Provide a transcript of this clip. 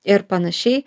ir panašiai